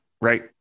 Right